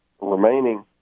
remaining